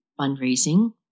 fundraising